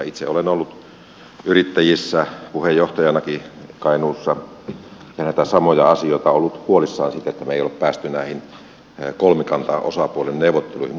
itse olen ollut yrittäjissä puheenjohtajanakin kainuussa ja näistä samoista asioista ollut huolissani siitä että me emme ole päässeet näihin kolmikantaosapuolen neuvotteluihin